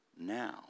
now